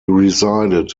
resided